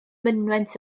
mynwent